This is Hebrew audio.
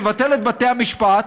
נבטל את בתי המשפט,